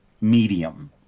medium